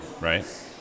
right